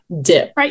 dip